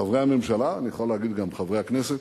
חברי הממשלה, ואני יכול להגיד גם חברי הכנסת,